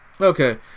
Okay